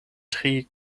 tri